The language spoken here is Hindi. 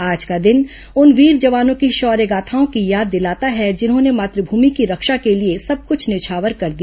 आज का दिन उन वीर जवानों की शौर्य गाथाओं की याद दिलाता है जिन्होंने मात्रभूमि की रक्षा के लिए सब कुछ न्यौछावर कर दिया